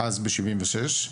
אז ב-76,